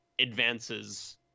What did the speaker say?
advances